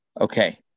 Okay